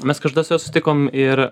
mes kartu su juo sutikom ir